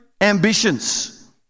ambitions